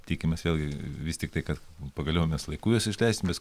tikimės vėlgi vis tiktai kad pagaliau mes laiku juos išleisim nes